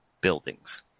buildings